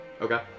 Okay